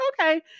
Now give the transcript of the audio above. okay